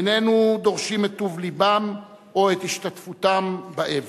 איננו דורשים את טוב לבם או את השתתפותם באבל.